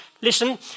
Listen